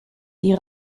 die